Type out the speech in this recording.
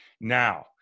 Now